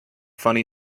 funny